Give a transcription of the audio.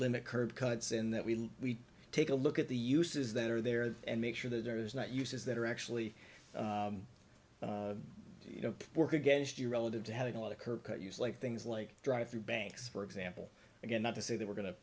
limit curb cuts in that we take a look at the uses that are there and make sure that there's not uses that are actually you know work against you relative to having a lot of kirk like things like drive through banks for example again not to say that we're going to